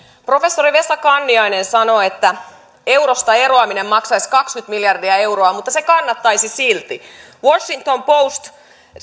professori vesa kanniainen sanoi että eurosta eroaminen maksaisi kaksikymmentä miljardia euroa mutta se kannattaisi silti washington postissa